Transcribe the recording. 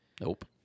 Nope